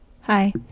Hi